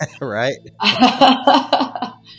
Right